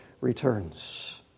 returns